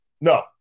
No